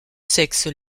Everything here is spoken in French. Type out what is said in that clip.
sexes